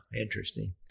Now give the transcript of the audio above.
Interesting